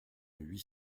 huit